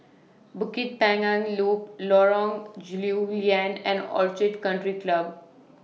Bukit Panjang Loop Lorong Lew Lian and Orchid Country Club